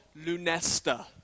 Lunesta